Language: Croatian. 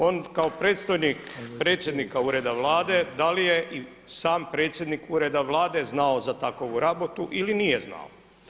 On kao predstojnik predsjednika ureda Vlade da li je sam predsjednik ureda Vlade znao za takovu rabotu ili nije znao?